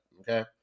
okay